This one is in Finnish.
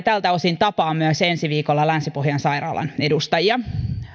tältä osin tapaan myös ensi viikolla länsi pohjan sairaalan edustajia